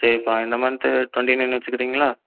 சரிப்பா இந்த month twenty nine வச்சிக்கிறீங்களா